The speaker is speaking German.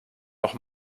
noch